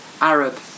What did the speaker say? Arab